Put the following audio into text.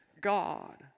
God